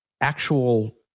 actual